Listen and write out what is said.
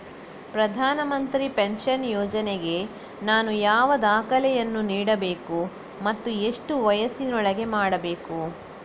ಪ್ರಧಾನ ಮಂತ್ರಿ ಪೆನ್ಷನ್ ಯೋಜನೆಗೆ ನಾನು ಯಾವ ದಾಖಲೆಯನ್ನು ನೀಡಬೇಕು ಮತ್ತು ಎಷ್ಟು ವಯಸ್ಸಿನೊಳಗೆ ಮಾಡಬೇಕು?